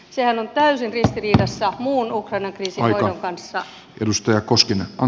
sehän on täysin ristiriidassa muun ukrainan kriisin hoidon kanssa